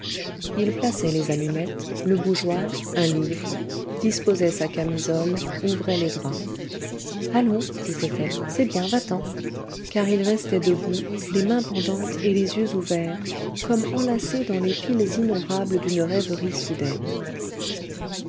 il plaçait les allumettes le bougeoir un livre disposait sa camisole ouvrait les draps allons disait-elle c'est bien va-t'en car il restait debout les mains pendantes et les yeux ouverts comme enlacé dans les fils innombrables d'une rêverie soudaine